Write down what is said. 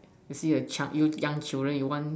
you see a young children you want